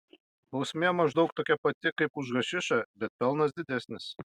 bausmė maždaug tokia pati kaip už hašišą bet pelnas didesnis